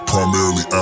primarily